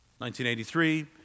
1983